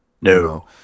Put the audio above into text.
no